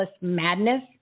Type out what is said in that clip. madness